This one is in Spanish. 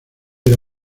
era